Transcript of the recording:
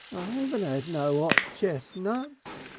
i aven't ad no ot chestnuts.